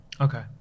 Okay